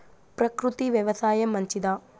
ప్రకృతి వ్యవసాయం మంచిదా?